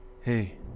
Hey